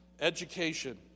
education